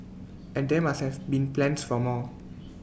and there must have been plans for more